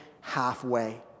halfway